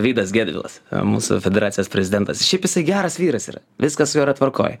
vydas gedvilas mūsų federacijos prezidentas šiaip jisai geras vyras yra viskas su juo yra tvarkoj